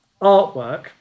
artwork